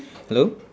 hello